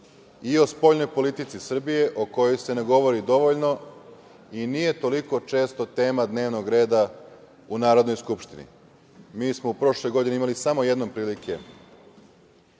i o spoljnoj politici Srbije o kojoj se ne govori dovoljno i nije toliko često tema dnevnog reda u Narodnoj skupštini. Mi smo prošle godine imali samo jednom prilike